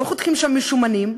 לא חותכים שם שומנים,